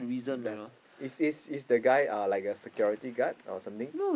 does is is is the guy uh like a security guard or something